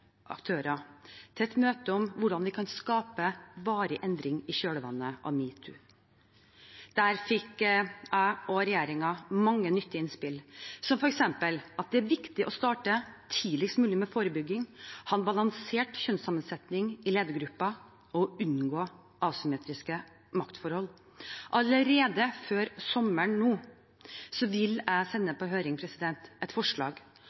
til et møte om hvordan vi kan skape varig endring i kjølvannet av #metoo. Der fikk jeg og regjeringen mange nyttige innspill, f.eks. at det er viktig å starte tidligst mulig med forebygging, ha balansert kjønnssammensetning i ledergrupper og unngå asymmetriske maktforhold. Allerede før sommeren vil jeg sende på høring et forslag